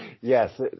Yes